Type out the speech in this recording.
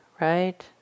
right